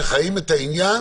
שחיים את העניין